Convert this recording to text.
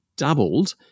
doubled